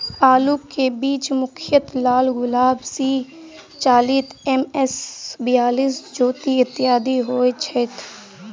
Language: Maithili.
आलु केँ बीज मुख्यतः लालगुलाब, सी चालीस, एम.एस बयालिस, ज्योति, इत्यादि होए छैथ?